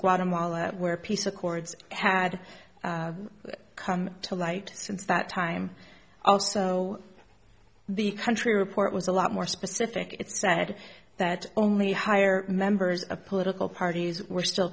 guatemala where peace accords had come to light since that time also the country report was a lot more specific it said that only hire members of political parties were still